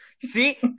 see